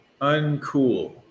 uncool